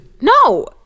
No